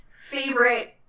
favorite